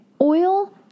oil